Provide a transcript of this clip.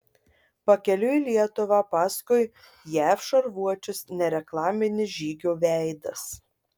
pakeliui į lietuvą paskui jav šarvuočius nereklaminis žygio veidas